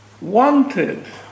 wanted